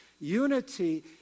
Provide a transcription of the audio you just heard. Unity